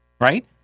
right